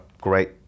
great